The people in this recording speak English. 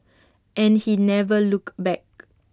and he never looked back